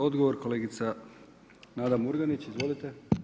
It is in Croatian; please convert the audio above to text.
Odgovor kolegica Nada Murganić, izvolite.